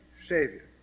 Savior